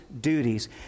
duties